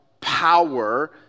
power